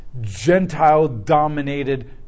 Gentile-dominated